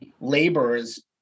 laborers